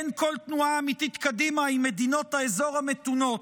אין כל תנועה אמיתית קדימה עם מדינות האזור המתונות.